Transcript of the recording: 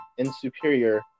insuperior